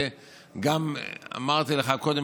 וגם אמרתי לך קודם,